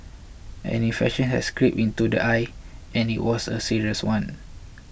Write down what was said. an infection has crept into the eye and it was a serious one